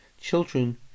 Children